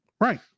right